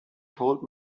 told